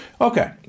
okay